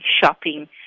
shopping